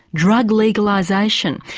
drug legalisation,